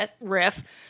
riff